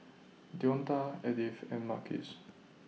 Deonta Edyth and Marquez